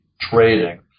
trading